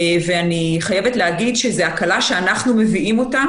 ואני חייבת להגיד שזה הקלה שאנחנו מביאים אותה